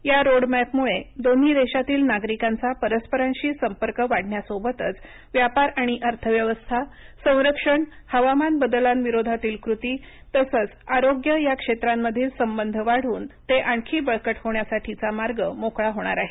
या रोडमॅपमुळे दोन्ही देशातील नागरिकांचा परस्परांशी संपर्क वाढण्यासोबतच व्यापार आणि अर्थव्यवस्था संरक्षण हवामान बदलांविरोधातील कृती तसंच आरोग्य या क्षेत्रांमधील संबंध वाढून ते आणखी बळकट होण्यासाठीचा मार्ग मोकळा होणार आहे